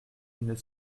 une